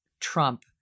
Trump